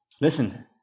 listen